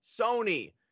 Sony